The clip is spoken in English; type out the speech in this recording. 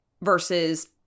versus